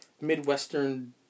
Midwestern